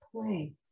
play